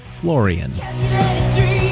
Florian